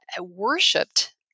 worshipped